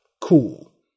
Cool